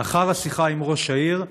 לאחר השיחה עם ראש העיר,